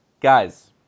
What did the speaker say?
Guys